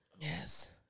Yes